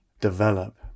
develop